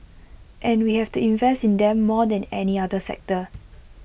and we have to invest in them more than any other sector